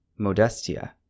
Modestia